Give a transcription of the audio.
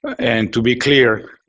and to be clear,